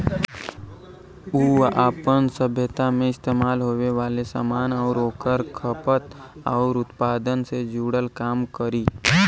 उ आपन सभ्यता मे इस्तेमाल होये वाले सामान आउर ओकर खपत आउर उत्पादन से जुड़ल काम करी